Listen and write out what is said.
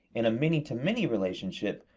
in a many-to-many relationship,